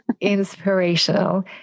inspirational